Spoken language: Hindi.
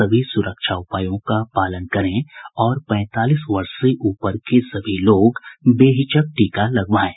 सभी सुरक्षा उपायों का पालन करें और पैंतालीस वर्ष से ऊपर के सभी लोग बेहिचक टीका लगवाएं